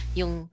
yung